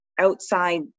outside